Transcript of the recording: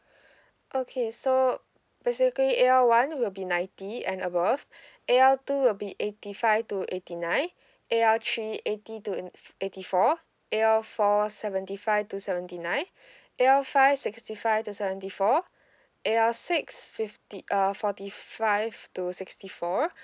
okay so basically A_L one will be ninety and above A_L two will be eighty five to eighty nine A_L three eighty to in f~ eighty four A_L four seventy five to seventy nine A_L five sixty five to seventy four A_L six fifty uh forty five to sixty four